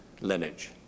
lineage